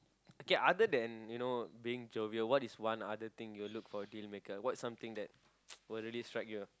okay other than you know being jovial what is one other thing you will look for a dealmaker what something that will really strike you ah